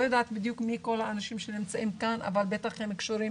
לא יודעת בדיוק מי כל האנשים שנמצאים כאן אבל הם בטח קשורים